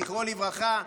זכרו לברכה,